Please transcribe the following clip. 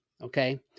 okay